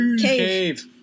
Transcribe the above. cave